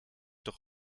doch